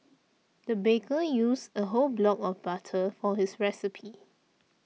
the baker used a whole block of butter for this recipe